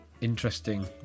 interesting